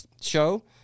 show